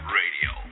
radio